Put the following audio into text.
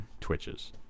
twitches